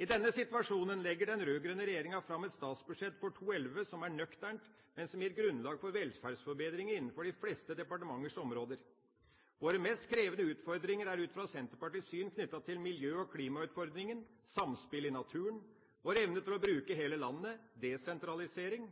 I denne situasjonen legger den rød-grønne regjeringa fram et statsbudsjett for 2011 som er nøkternt, men som gir grunnlag for velferdsforbedringer innenfor de fleste departementers områder. Våre mest krevende utfordringer er ut fra Senterpartiets syn knyttet til miljø- og klimautfordringen, samspillet i naturen, vår evne til å bruke hele landet, desentralisering,